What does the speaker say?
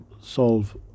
solve